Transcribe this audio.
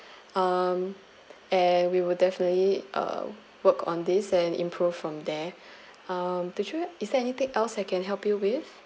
um and we will definitely uh work on this and improved from there um do you is there anything else I can help you with